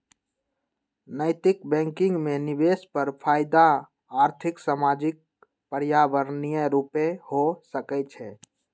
नैतिक बैंकिंग में निवेश पर फयदा आर्थिक, सामाजिक, पर्यावरणीय रूपे हो सकइ छै